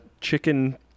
chicken